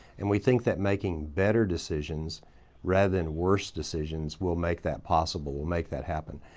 and we think that making better decisions rather than worse decisions will make that possible. will make that happen.